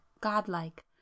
godlike